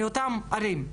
מאותן ערים.